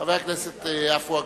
חבר הכנסת עפו אגבאריה,